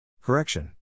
Correction